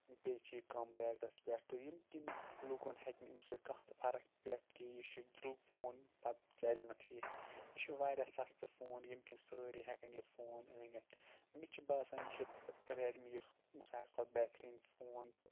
بیٚیہِ چھِ یہِ کَم ریٹَس پیٚٹھٕ ییٚمہِ کِنۍ لوٗکَن ہیٚکہِ نہٕ اَمہِ سۭتۍ کانٛہہ تہِ فرق پٮ۪تھ یہِ کہِ یہِ چھُ درٛۅگ فون پَتہٕ چَلہِ نہٕ ٹھیٖک یہِ چھُ واریاہ سَستہٕ فون ییٚمہِ کِنۍ سٲری ہیٚکَن یہِ فون أنِتھ مےٚ چھُ باسان یہِ چھِ ریٚڈ می سارِوٕے کھۄتہٕ بہتریٖن فون تہٕ